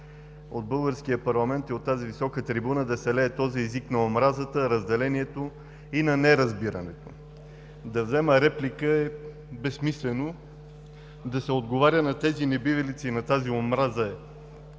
от българския парламент и от тази висока трибуна да се лее този език на омразата, разделението и на неразбирането. Да взема реплика е безсмислено. Да се отговаря на тези небивалици и на тази омраза е